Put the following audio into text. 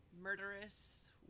murderous